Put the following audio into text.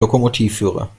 lokomotivführer